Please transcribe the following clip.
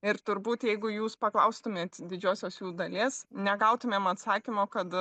ir turbūt jeigu jūs paklaustumėt didžiosios jų dalies negautumėm atsakymo kad